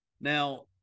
Now